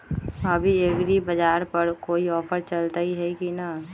अभी एग्रीबाजार पर कोई ऑफर चलतई हई की न?